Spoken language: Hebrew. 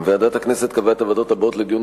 ועדת הכנסת קבעה את הוועדות הבאות לדיון